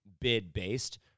bid-based